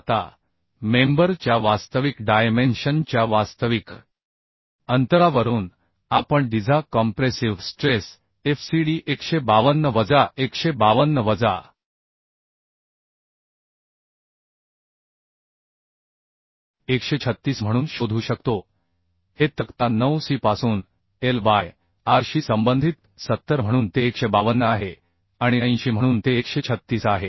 आता मेंबर च्या वास्तविक डायमेन्शन च्या वास्तविक अंतरावरून आपण डिझा कॉम्प्रेसिव्ह स्ट्रेस fcd 152 वजा 152 वजा 136 म्हणून शोधू शकतो हे तक्ता 9 सी पासून एल बाय आरशी संबंधित 70 म्हणून ते 152 आहे आणि 80 म्हणून ते 136 आहे